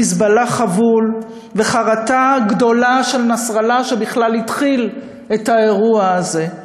"חיזבאללה" חבול וחרטה גדולה של נסראללה שבכלל התחיל את האירוע הזה.